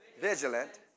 Vigilant